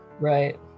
Right